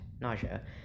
nausea